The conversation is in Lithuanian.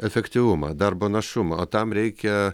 efektyvumą darbo našumą o tam reikia